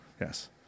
Yes